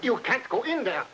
you can't go in there